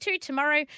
tomorrow